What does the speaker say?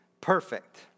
perfect